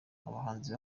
abahanzi